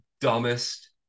dumbest